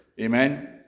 amen